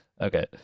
Okay